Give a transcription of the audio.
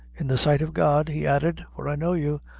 in the sight of god? he added, for i know you.